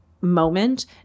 moment